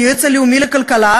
היועץ הלאומי לכלכלה,